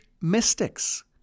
mystics